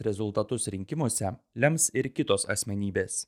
rezultatus rinkimuose lems ir kitos asmenybės